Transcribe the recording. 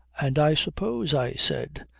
and i suppose, i said,